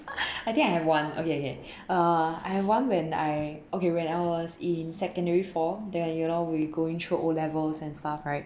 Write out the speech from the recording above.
I think I have one okay okay uh I have one when I okay when I was in secondary four then you know we were going through O levels and stuff right